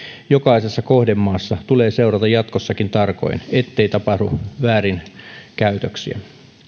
jokaisessa kohdemaassa tulee seurata jatkossakin tarkoin ettei tapahdu väärinkäytöksiä